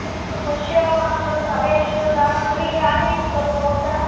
अस्तु पश्यामः तत्र अपेक्षिसामग्रिः आनयन्ति खलु भवन्तः